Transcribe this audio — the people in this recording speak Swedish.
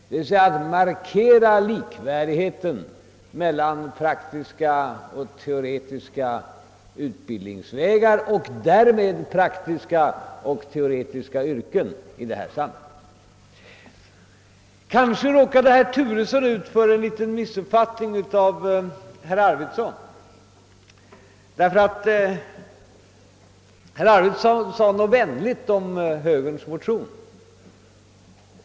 Den markerar likvärdigheten mellan praktiska och teoretiska utbildningsvägar och därmed också mellan praktiska och teoretiska yrken. Herr Turesson råkade tydligen missuppfatta herr Arvidson något, när denne sade några vänliga ord om högerns motion.